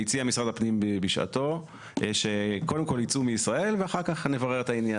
משרד הפנים הציע בשעתו שקודם כל יצאו מישראל ואחר כך נברר את העניין.